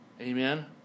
Amen